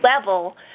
level